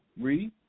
Read